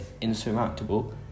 insurmountable